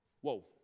Whoa